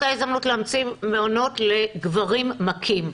את יכול באותה הזדמנות להמציא מעונות לגברים מכים.